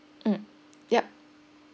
mm yup